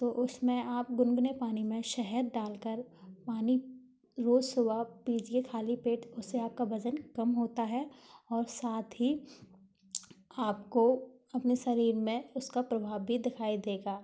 तो उसमें आप गुनगुने पानी में शहद डालकर पानी रोज़ सुबह पीजिए खाली पेट उसे आपका वज़न कम होता है और साथ ही आपको अपने शरीर में उसका प्रभाव भी दिखाई देगा